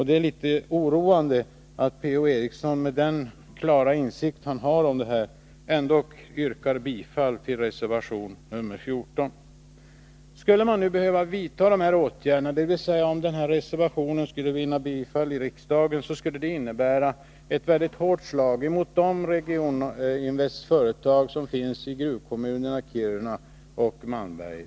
Det är litet oroande att Per-Ola Eriksson med den klara insikt han har om förhållandena ändock yrkar bifall till reservation 14. Om denna reservation skulle vinna bifall i riksdagen och man alltså skulle behöva vidta de i reservationen föreslagna åtgärderna, skulle det innebära ett väldigt hårt slag mot de Regioninvests företag som finns i gruvkommunerna Kiruna och Malmberget.